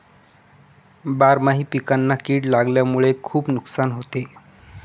बारामाही पिकांना कीड लागल्यामुळे खुप नुकसान होते